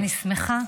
אני שמחה,